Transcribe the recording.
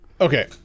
okay